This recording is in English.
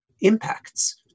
impacts